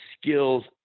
skills